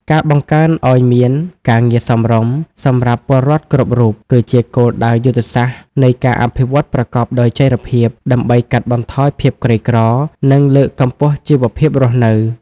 ការបង្កើតឱ្យមាន "ការងារសមរម្យ" សម្រាប់ពលរដ្ឋគ្រប់រូប គឺជាគោលដៅយុទ្ធសាស្ត្រនៃការអភិវឌ្ឍប្រកបដោយចីរភាព ដើម្បីកាត់បន្ថយភាពក្រីក្រ និងលើកកម្ពស់ជីវភាពរស់នៅ។